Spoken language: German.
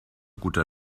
guter